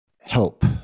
help